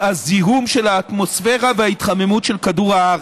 הזיהום של האטמוספירה וההתחממות של כדור הארץ.